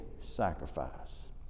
sacrifice